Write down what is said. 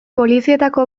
polizietako